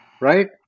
right